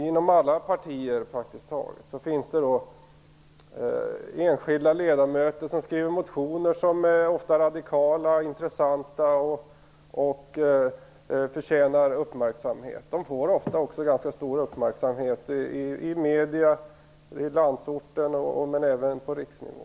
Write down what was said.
Inom praktiskt taget alla partier finns det nämligen enskilda ledamöter som skriver motioner som ofta är radikala och intressanta och som förtjänar uppmärksamhet. De här motionerna får ofta också ganska stor uppmärksamhet i medierna, på landsorten och även på riksnivå.